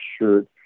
shirt